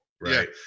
Right